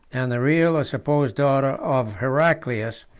and the real or supposed daughter of heraclius,